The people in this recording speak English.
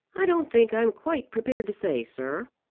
i don't think i'm quite prepared to say, sir.